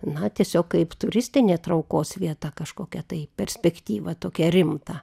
na tiesiog kaip turistinė traukos vieta kažkokia tai perspektyva tokia rimtą